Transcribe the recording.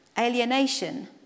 alienation